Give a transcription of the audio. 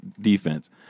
defense